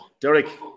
Derek